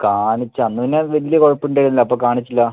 കാണിച്ചാൽ അന്ന് പിന്നെ വലിയ കുഴപ്പം ഉണ്ടായിരുന്നില്ല അപ്പം കാണിച്ചില്ല